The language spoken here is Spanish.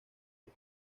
los